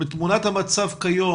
בהתחשב בתמונת המצב היום,